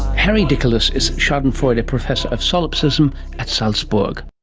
harry diculus is schadenfreude professor of solipsism at salzburg.